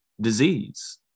disease